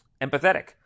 empathetic